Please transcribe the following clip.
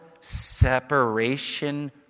separation